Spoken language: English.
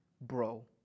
bro